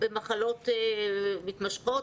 במחלות מתמשכות,